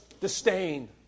disdain